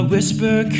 Whisper